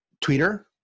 Twitter